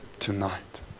tonight